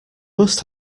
must